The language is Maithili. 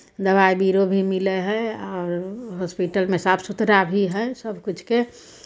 दबाइ बीरो भी मिलै हइ आओर हॉस्पिटलमे साफ सुथरा भी हइ सभकिछुके